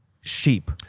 sheep